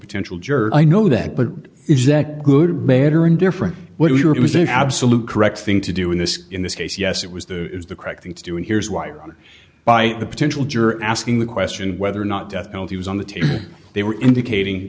potential juror i know that but is that good bad or indifferent what do your was in absolute correct thing to do in this in this case yes it was the the correct thing to do and here's why or by the potential juror asking the question whether or not death penalty was on the table they were indicating